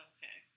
Okay